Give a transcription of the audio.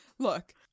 Look